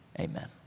Amen